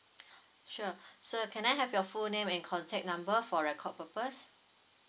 sure sir can I have your full name and contact number for record purpose